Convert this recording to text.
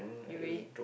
you really